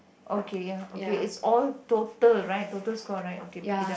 okay ya okay it's all total right total score right okay pick it up